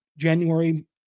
January